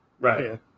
Right